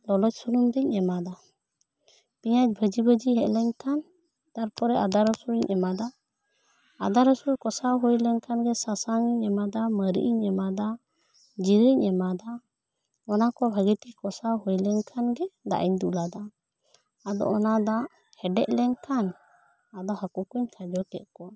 ᱞᱚᱞᱚ ᱥᱩᱱᱩᱢ ᱨᱤᱧ ᱮᱢᱟᱫᱟ ᱯᱮᱭᱟᱡᱽ ᱵᱷᱟᱹᱡᱤ ᱵᱷᱟᱹᱡᱤ ᱦᱮᱡ ᱞᱮᱱᱠᱷᱟᱱ ᱛᱟᱨᱯᱚᱨᱮ ᱟᱫᱟ ᱨᱟᱹᱥᱩᱱ ᱤᱧ ᱮᱢᱟᱫᱟ ᱟᱫᱟ ᱨᱟᱹᱥᱩᱱ ᱠᱚᱥᱟᱣ ᱦᱩᱭ ᱞᱮᱱ ᱠᱷᱟᱱ ᱜᱮ ᱥᱟᱥᱟᱝ ᱤᱧ ᱮᱢᱟᱫᱟ ᱢᱟᱨᱤᱡᱽ ᱤᱧ ᱮᱢᱟᱫᱟ ᱡᱤᱨᱟᱹᱧ ᱮᱢᱟᱫᱟ ᱚᱱᱟ ᱠᱩ ᱵᱷᱟᱹᱜᱤ ᱴᱷᱤᱠ ᱠᱚᱥᱟᱣ ᱦᱩᱭ ᱞᱮᱱ ᱠᱷᱟᱱ ᱜᱮ ᱫᱟᱜ ᱤᱧ ᱫᱩᱞ ᱟᱫᱟ ᱟᱫᱚ ᱚᱱᱟ ᱫᱟᱜ ᱦᱮᱰᱮᱡ ᱞᱮᱱ ᱠᱷᱟᱱ ᱟᱫᱚ ᱦᱟᱹᱠᱩ ᱠᱩᱧ ᱠᱷᱟᱧᱡᱚ ᱠᱮᱫ ᱠᱚᱣᱟ